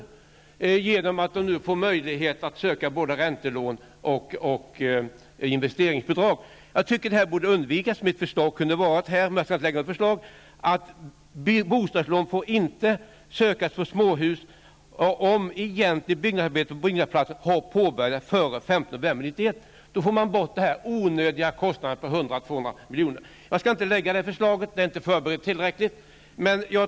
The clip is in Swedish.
De får nu möjlighet att söka både räntelån och investeringsbidrag. Det här borde undvikas. Mitt förslag skulle här kunna vara -- om jag skall lägga fram något förslag -- att bostadslån får inte sökas för småhus om det egentliga byggnadsarbetet på byggplatsen har påbörjats före den 15 november 1991. Då undviker man den onödiga kostnaden för staten på 100--200 milj.kr. Jag skall inte lägga fram något sådant förslag nu eftersom det inte är tillräckligt förberett.